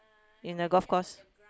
in the golf course